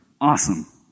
awesome